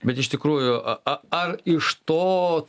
bet iš tikrųjų a a ar iš to